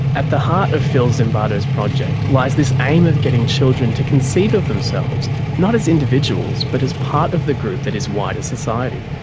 at the heart of phil zimbardo's project lies this aim of getting children to conceive of themselves not as individuals, but as part of the group that is wider society.